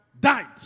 died